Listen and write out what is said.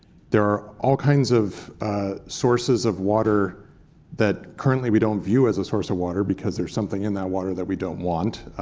there are all kinds of sources of water that currently we don't view as a source of water because there's something in that water that we don't want